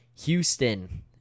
Houston